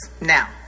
now